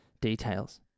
Details